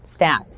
stats